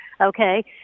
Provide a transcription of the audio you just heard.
okay